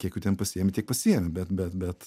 kiek jų ten pasiimi tiek pasiimi bet bet bet